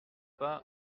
pas